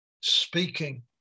speaking